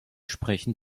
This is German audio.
sprechen